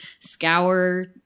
scour